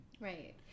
right